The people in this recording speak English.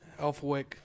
Elfwick